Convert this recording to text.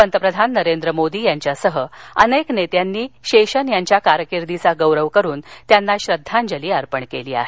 पंतप्रधान नरेंद्र मोदी यांच्यासह अनेक नेत्यांनी शेषन यांच्या कारकीर्दीचा गौरव करुन त्यांना श्रद्धांजली अर्पण केली आहे